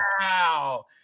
Wow